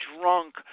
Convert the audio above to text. drunk